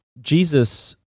Jesus